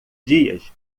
dias